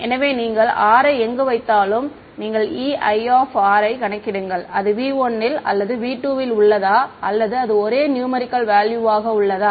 எனவே நீங்கள் r யை எங்கு வைத்தாலும் நீங்கள் Ei யை கணக்கிடுங்கள் அது V1 ல் அல்லது V2 ல் உள்ளதா அல்லது அது ஒரு நியூமரிக்கல் வேல்யூவாக உள்ளதா